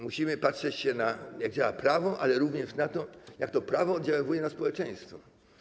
Musimy patrzeć, jak działa prawo, ale również na to, jak to prawo oddziałuje na społeczeństwo.